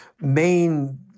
main